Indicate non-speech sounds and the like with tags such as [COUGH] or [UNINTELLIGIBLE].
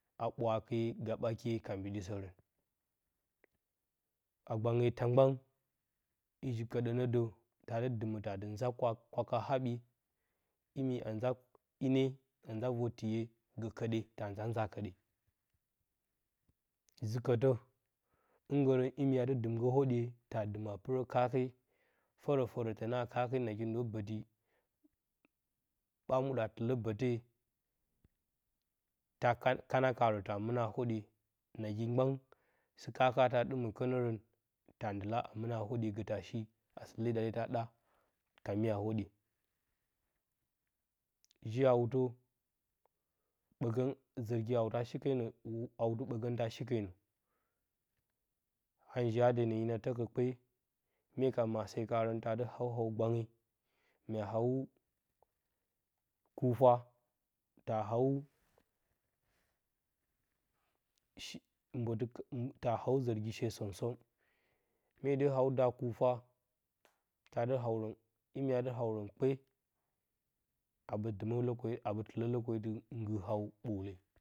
A ɓwaake gaɓakye ka mbiɗisərən. A gbange ta mgban i ji kəɗə nə də ta dɨmə ta dɨ ta dɨ nza kwaka haɓye imi a nza ine a nza vor tiye gə kəɗe ta nzaa nza kəɗe, zu hɨngərən imi adɨ dɨmgə hwoɗye ta dɨmə a pɨrə kaake, fərəfərə təna kaake nagi ndo bəti, ɓa muɗə a tɨlə ɓətee ta ka kana karə ta mɨna a hwoɗye, nagi mgban sɨkaaka ta ɗɨmə kənərən, ta ndɨla a mɨna a hwoɗy gə ta le ɗate tən ɓa ɗa ka mye ahwoɗye. Ji hawtə, ɓəgəng hawtə ɓəgəng zərgi hawtə a shi kenə i hawtɨ ɓəgəngtə a shi kenə. a njiya denə hina təkə kpe, mye ka maase karən ta dɨ haw haw gbange, mya haw kufa, ta haw. [HESITATION] mbotɨ ta haw zərgi she som som. Mye dɨ haw daa kufa ta dɨ hawo imi a dɨ hawrən kpe a ɓə tɨlə. [UNINTELLIGIBLE] ngɨr haw ɓoole.